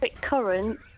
current